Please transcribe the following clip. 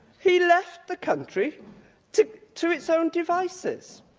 he left the country to to its own devices.